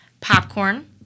popcorn